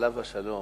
עליו השלום